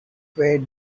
weighed